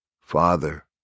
Father